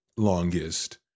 Longest